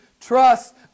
trust